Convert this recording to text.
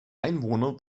einwohner